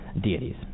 deities